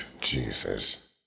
Jesus